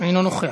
אינו נוכח.